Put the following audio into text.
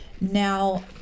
Now